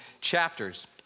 chapters